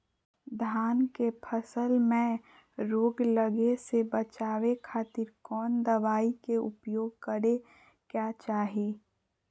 धान के फसल मैं रोग लगे से बचावे खातिर कौन दवाई के उपयोग करें क्या चाहि?